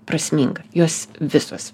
prasminga jos visos